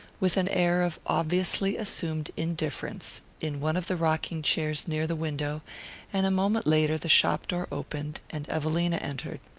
with an air of obviously-assumed indifference, in one of the rocking-chairs near the window and a moment later the shop-door opened and evelina entered.